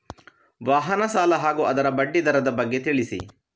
ವಾಹನ ಸಾಲ ಹಾಗೂ ಅದರ ಬಡ್ಡಿ ದರದ ಬಗ್ಗೆ ತಿಳಿಸಿ?